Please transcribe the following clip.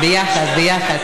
ביחד, ביחד.